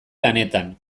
lanetan